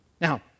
Now